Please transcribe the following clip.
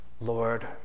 Lord